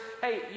hey